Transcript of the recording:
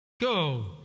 Go